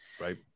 right